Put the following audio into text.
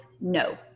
No